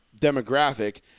demographic